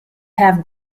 have